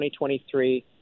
2023